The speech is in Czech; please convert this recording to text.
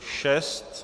6.